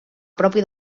propi